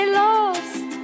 lost